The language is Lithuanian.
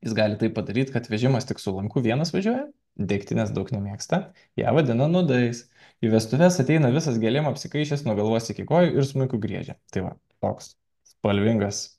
jis gali taip padaryti kad vežimas tik su lanku vienas važiuoja degtinės daug nemėgsta ją vadina nuodais į vestuves ateina visas gėlėm apsikaišęs nuo galvos iki kojų ir smuiku griežia tai va toks spalvingas